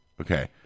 Okay